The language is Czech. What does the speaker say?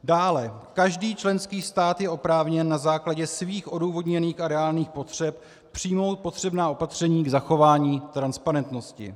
Dále, každý členský stát je oprávněn na základě svých odůvodněných a reálných potřeb přijmout potřebná opatření k zachování transparentnosti.